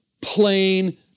plain